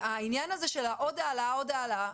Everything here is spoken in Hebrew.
העניין הזה של עוד העלאה, עוד העלאה,